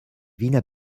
wiener